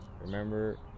Remember